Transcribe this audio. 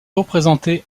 représentée